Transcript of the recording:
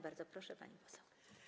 Bardzo proszę, pani poseł.